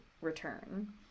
return